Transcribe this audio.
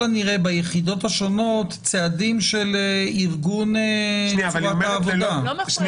הנראה ביחידות השונות צעדים של ארגון צורת העבודה.